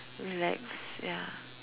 relax ya